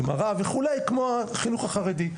גמרא וכו' כמו החינוך החרדי.